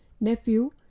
Nephew